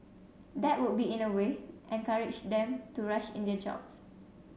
that would in a way encourage them to rush in their jobs